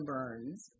Burns